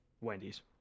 Wendy's